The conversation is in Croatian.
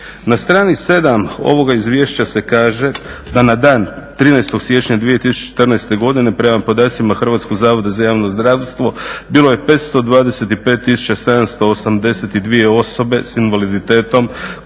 Na strani 7 ovoga izvješća se kaže da "na dan 13.sijčnja 2014.godine prema podacima Hrvatskog zavoda za javno zdravstvo bilo je 525.782 osobe s invaliditetom koji ostvaruju